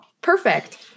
Perfect